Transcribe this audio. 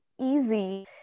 easy